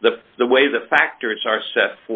the the way the factories are set